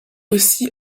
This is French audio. aussi